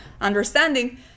understanding